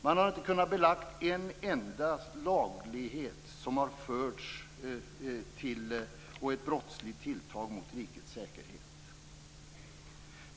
Man har inte kunnat belägga en enda olaglighet eller brottsligt tilltag mot rikets säkerhet.